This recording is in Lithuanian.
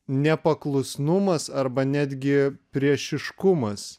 nepaklusnumas arba netgi priešiškumas